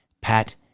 pat